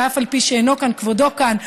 שאף על פי שאינו כאן כבודו כאן,